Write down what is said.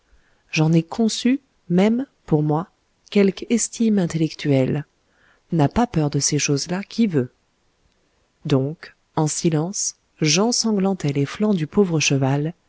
j'en ai conçu même pour moi quelque estime intellectuelle n'a pas peur de ces choses-là qui veut donc en silence j'ensanglantai les flancs du pauvre cheval